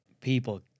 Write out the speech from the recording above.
people